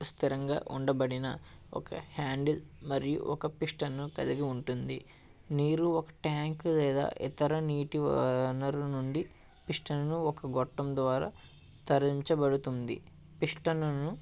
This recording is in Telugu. స్థిరంగా ఉండబడిన ఒక హ్యాండిల్ మరియు ఒక పిష్టను కలిగి ఉంటుంది నీరు ఒక ట్యాంక్ లేదా ఇతర నీటి వనరుల నుండి పిష్టను ఒక గొట్టం ద్వారా తరలించబడుతుంది పిస్టన్ను